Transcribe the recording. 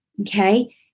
okay